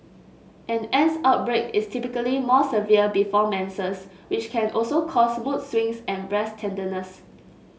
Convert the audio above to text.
an acne outbreak is typically more severe before menses which can also cause mood swings and breast tenderness